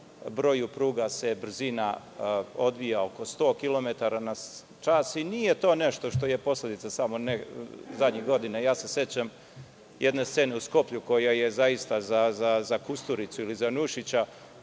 broju pruga se brzina odvija oko 100 kilometara na čas i nije to nešto što je posledica samo zadnjih godina. Sećam se scene u Skoplju koja je zaista za Kusturicu ili za Nušića,